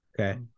Okay